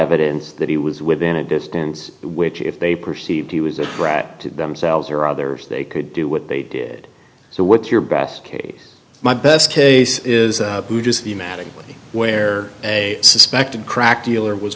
evidence that he was within a distance which if they perceived he was a threat to themselves or others they could do what they did so what's your best case my best case is the matter where a suspected crack dealer was